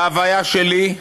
בהוויה שלי,